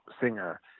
singer